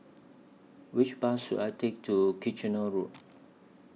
Which Bus should I Take to Kitchener Road